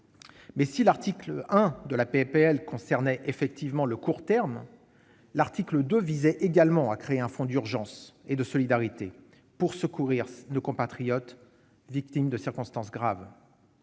Mais, si l'article 1 de ma proposition de loi concernait le court terme, l'article 2 visait à créer un fonds d'urgence et de solidarité pour secourir nos compatriotes victimes de circonstances graves.